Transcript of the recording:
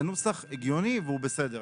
זה נוסח הגיוני והוא בסדר.